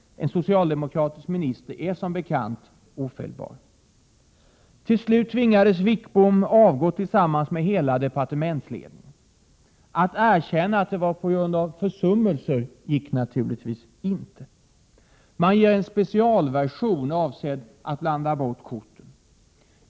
En socialdemokratisk minister är som bekant ofelbar. Till slut tvingades Wickbom avgå tillsammans med hela departementsledningen. Att erkänna att det var på grund av försummelser gick naturligtvis inte. Man ger en specialversion avsedd att blanda bort korten.